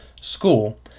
school